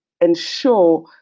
ensure